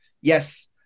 Yes